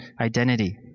identity